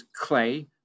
Clay